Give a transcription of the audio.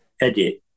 edit